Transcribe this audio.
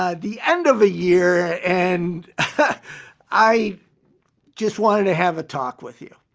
ah the end of a year and i just wanted to have a talk with you.